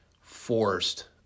forced